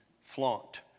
flaunt